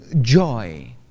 joy